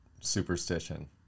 superstition